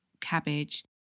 cabbage